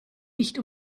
nicht